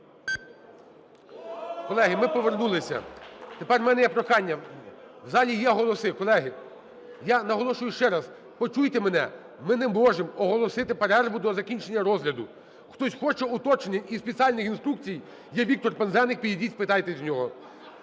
Колеги, ми повернулися. Тепер у мене є прохання. В залі є голоси. Колеги, я наголошую ще раз, почуйте мене. Ми не можемо оголосити перерву до закінчення розгляду. Хтось хоче уточнень і спеціальних інструкцій – є Віктор Пинзеник, підійдіть, спитайте в нього.